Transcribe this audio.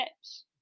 tips